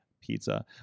pizza